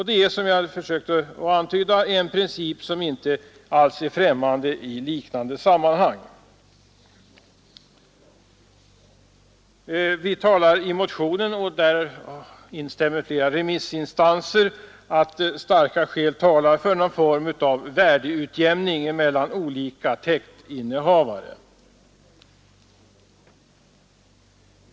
Det är, som jag här försökt antyda, en princip som inte alls är främmande i liknande sammanhang. Vi framhåller i motionen — och det instämmer flera remissinstanser i — att starka skäl talar för någon form av värdeutjämning mellan olika täktinnehavare.